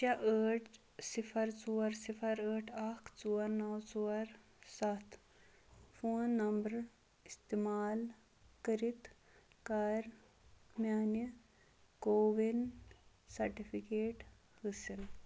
شیٚے ٲٹھ صِفر ژور صِفر ٲٹھ اکھ ژور نو ژور سَتھ فون نمبرٕ استعمال کٔرِتھ کر میٲنہِ کووِن سرٹِفکیٹ حٲصِل